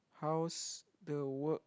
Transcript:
how's the work